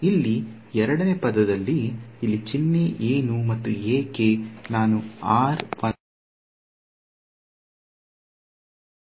ಇಲ್ಲಿ ಎರಡನೇ ಪದದಲ್ಲಿ ಇಲ್ಲಿ ಚಿಹ್ನೆ ಏನು ಮತ್ತು ಏಕೆ ನಾನು ಮತ್ತು ಪರಿಮಾಣಕ್ಕಾಗಿ ಅನ್ನು ಅದೇ ರೀತಿ ಬಳಸುತ್ತಿದ್ದೇನೆ